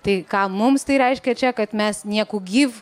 tai ką mums tai reiškia čia kad mes nieku gyv